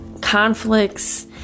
conflicts